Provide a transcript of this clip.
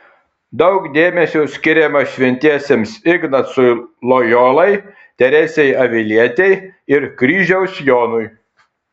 daug dėmesio skiriama šventiesiems ignacui lojolai teresei avilietei ir kryžiaus jonui